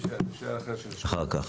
אחר כך.